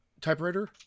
typewriter